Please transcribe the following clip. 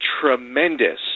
tremendous